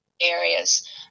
Areas